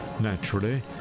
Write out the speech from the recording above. Naturally